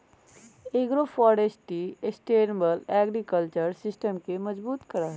agroforestry sustainable agriculture system के मजबूत करा हई